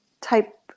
type